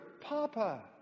Papa